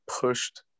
pushed